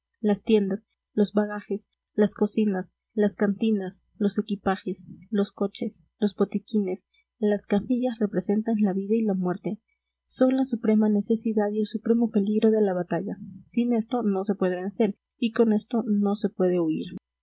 las tiendas los bagajes las cocinas las cantinas los equipajes los coches los botiquines las camillas representan la vida y la muerte son la suprema necesidad y el supremo peligro de la batalla sin esto no se puede vencer y con esto no se puede huir